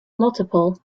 multiple